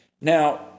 Now